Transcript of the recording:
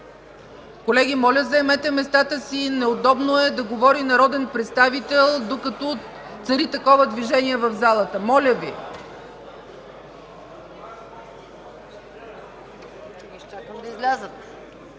Колеги, моля, заемете местата си! Не е удобно да говори народен представител, докато цари такова движение в залата. Моля Ви! МАЯ МАНОЛОВА (БСП